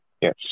Yes